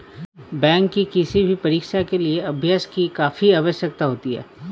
bank की किसी भी परीक्षा के लिए अभ्यास की काफी आवश्यकता होती है